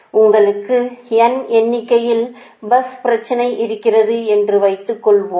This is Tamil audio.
உங்களுக்கு n எண்ணிக்கையில் பஸ் பிரச்சனை இருக்கிறது என்று வைத்துக்கொள்வோம்